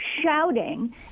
shouting